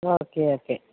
okay okay